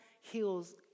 heals